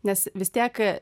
nes vis tiek